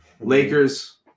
Lakers